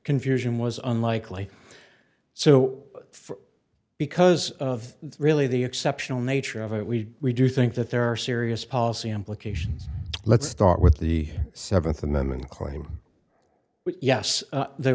confusion was unlikely so because of really the exceptional nature of it we do think that there are serious policy implications let's start with the seventh amendment claim yes